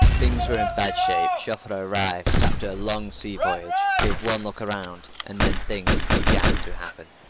things were in bad shape. joffre arrived, after a long sea voyage, gave one look around, and then things began to happen.